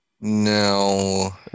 No